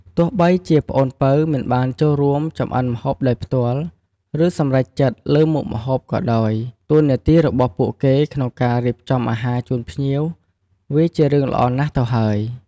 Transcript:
ទោះបីជាប្អូនពៅមិនបានចូលរួមចម្អិនម្ហូបដោយផ្ទាល់ ឬសម្រេចចិត្តលើមុខម្ហូបក៏ដោយ តួនាទីរបស់ពួកគេក្នុងការរៀបចំអាហារជូនភ្ញៀវវាជារឿងល្អណាស់ទៅហើយ។